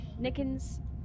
Nickens